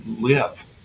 live